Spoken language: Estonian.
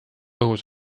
õhus